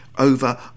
Over